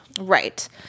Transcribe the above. Right